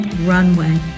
Runway